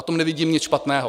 Na tom nevidím nic špatného.